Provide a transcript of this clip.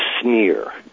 sneer